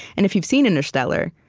and if you've seen interstellar,